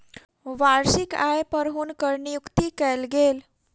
वार्षिक आय पर हुनकर नियुक्ति कयल गेल